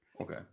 Okay